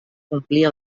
complir